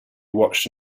watched